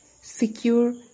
secure